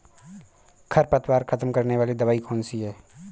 खरपतवार खत्म करने वाली दवाई कौन सी है?